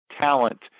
talent